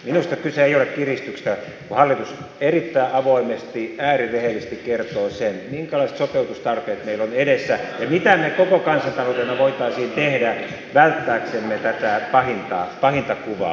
minusta kyse ei ole kiristyksestä kun hallitus erittäin avoimesti äärirehellisesti kertoo sen minkälaiset sopeutustarpeet meillä ovat edessä ja mitä me koko kansantaloudelle voisimme tehdä välttääksemme tätä pahinta kuvaa